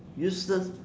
useless